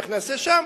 איך נעשה שם,